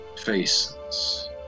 faces